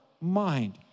mind